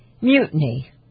Mutiny